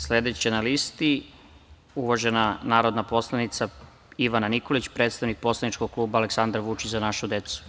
Sledeća na listi je uvažena narodna poslanika Ivana Nikolić, predstavnik poslaničkog kluba "Aleksandar Vučić - Za našu decu"